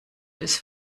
des